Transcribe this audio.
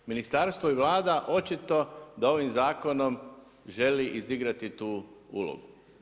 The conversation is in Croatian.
Ministarstvo i Vlada očito da ovim zakonom želi izigrati tu ulogu.